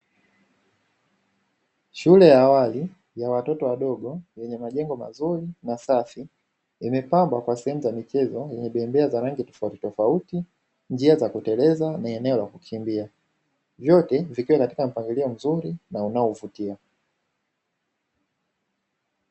Shule ya awali ya watoto wadogo yenye majengo mazuri na safi, yamepambwa kwa sehemu za michezo zenye bembea za rangi tofautitofauti, njia za kutereza na eneo la kukimbia, vyote vikiwa katika mpangilio mzuri na unaovutia.